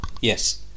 Yes